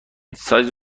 سایز